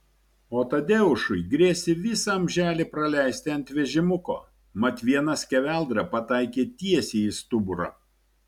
o tadeušui grėsė visą amželį praleisti ant vežimuko mat viena skeveldra pataikė tiesiai į stuburą